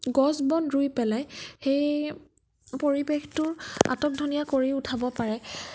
গছ বন ৰুই পেলাই সেই পৰিৱেশটোৰ আতকধুনীয়া কৰি উঠাব পাৰে